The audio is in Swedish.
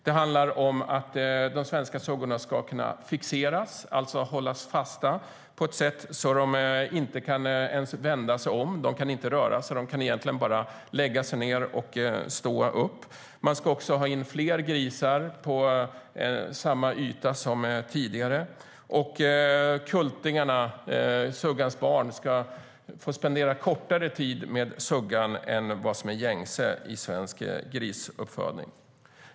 Det handlar om att de svenska suggorna ska kunna fixeras, alltså hållas fast, på ett sådant sätt att de inte ens kan vända sig om. De kan inte röra sig; de kan egentligen bara lägga sig ned och stå upp, och man ska även ha in fler grisar på samma yta som tidigare. Kultingarna, alltså suggans barn, ska få tillbringa kortare tid med suggan än vad som är gängse i svensk grisuppfödning.